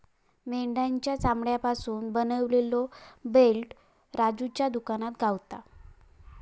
मेंढ्याच्या चामड्यापासून बनवलेलो बेल्ट राजूच्या दुकानात गावता